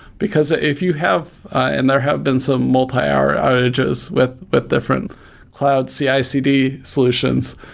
because if you have and there have been some multi-hour outages with with different cloud cicd solutions,